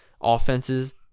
offenses